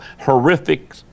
horrific